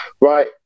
right